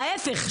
להפך,